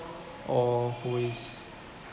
or who is